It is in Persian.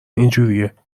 اینجوریه